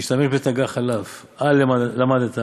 ודאשתמש בתגא חלף, הא למדת,